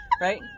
right